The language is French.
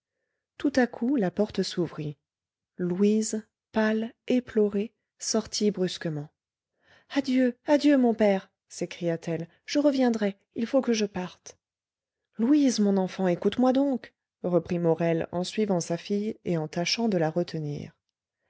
tout à coup la porte s'ouvrit louise pâle éplorée sortit brusquement adieu adieu mon père s'écria-t-elle je reviendrai il faut que je parte louise mon enfant écoute-moi donc reprit morel en suivant sa fille et en tâchant de la retenir